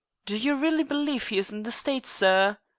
do you really believe he is in the states, sir?